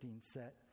set